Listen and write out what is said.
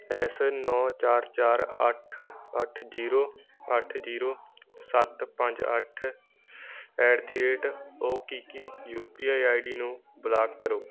ਇਸ ਨੌਂ ਚਾਰ ਚਾਰ ਅੱਠ ਅੱਠ ਜ਼ੀਰੋ ਅੱਠ ਜ਼ੀਰੋ ਸੱਤ ਪੰਜ ਅੱਠ ਐਡ ਦੀ ਰੇਡ ਔ ਕੀ ਕੀ U P I I D ਨੂੰ ਬਲਾਕ ਕਰੋ